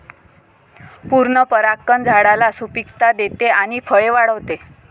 पूर्ण परागकण झाडाला सुपिकता देते आणि फळे वाढवते